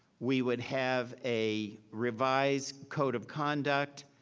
we would have a revised code of conduct.